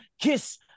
kiss